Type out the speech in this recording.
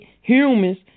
humans